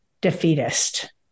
defeatist